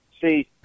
See